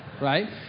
Right